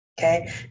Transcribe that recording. Okay